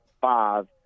five